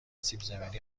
سیبزمینی